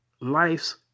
Life's